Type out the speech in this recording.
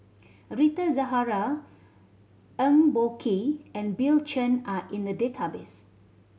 Rita Zahara Eng Boh Kee and Bill Chen are in the database